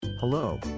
Hello